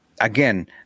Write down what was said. Again